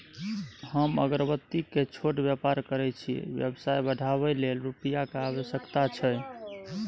हम अगरबत्ती के छोट व्यापार करै छियै व्यवसाय बढाबै लै रुपिया के आवश्यकता छै?